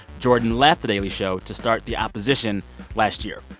jordan left the daily show to start the opposition last year.